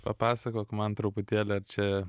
papasakok man truputėlį ar čia